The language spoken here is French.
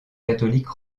catholique